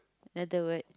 another word